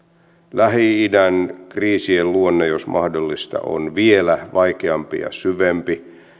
lähi idän kriisien luonne jos mahdollista on vielä vaikeampi ja syvempi